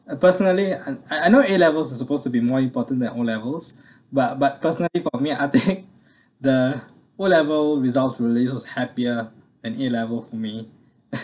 I personally I I I know A levels is supposed to be more important than O levels but but personally for me I think the O level results released was happier then A level for me